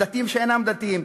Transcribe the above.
דתיים ושאינם דתיים,